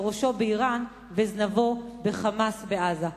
שראשו באירן וזנבו ב"חמאס" בעזה.